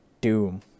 Doom